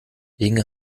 inge